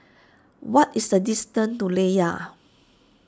what is the distance to Layar